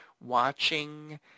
watching